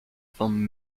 from